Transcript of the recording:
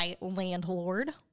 Landlord